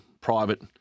private